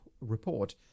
report